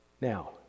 Now